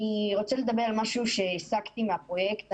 אני רוצה לדבר על משהו שהסקתי מהפרויקט.